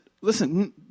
listen